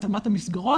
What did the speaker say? התאמת המסגרות,